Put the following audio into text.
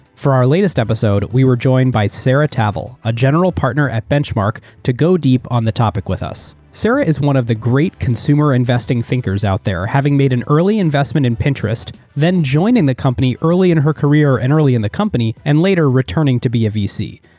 for our latest episode, we were joined by sarah tavel, a general partner at benchmark to go deep on the topic with us. sarah is one of the great consumer investing thinkers out there having made an early investment in pinterest, then joining the company early in her career and early in the company, and later returning to be a vc.